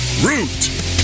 Root